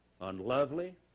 unlovely